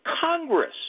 Congress